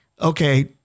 okay